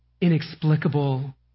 inexplicable